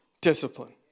discipline